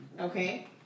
Okay